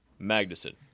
Magnuson